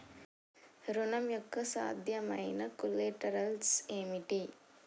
ఋణం యొక్క సాధ్యమైన కొలేటరల్స్ ఏమిటి?